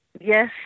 yes